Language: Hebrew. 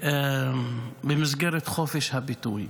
ובמסגרת חופש הביטוי.